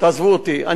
אני אומר לכם: